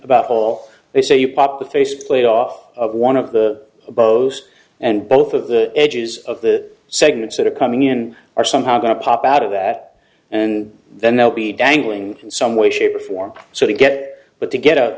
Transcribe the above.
about all they say you pop the faceplate off one of the bows and both of the edges of the segments that are coming in are somehow going to pop out of that and then they'll be dangling in some way shape or form so they get but to get a